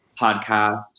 podcast